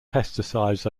pesticides